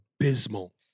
Abysmal